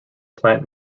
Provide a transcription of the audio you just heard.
plant